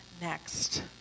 next